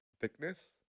thickness